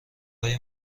های